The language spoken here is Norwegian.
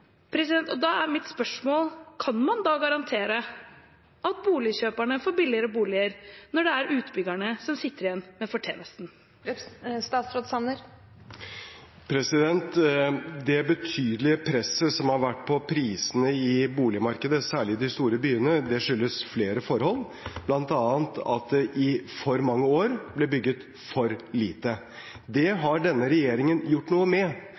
Da er mitt spørsmål: Kan man da garantere at boligkjøperne får billigere boliger når det er utbyggerne som sitter igjen med fortjenesten? Det betydelige presset som har vært på prisene i boligmarkedet, særlig i de store byene, skyldes flere forhold, bl.a. at det i for mange år ble bygget for lite. Det har denne regjeringen gjort noe med.